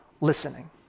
listening